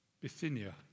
Bithynia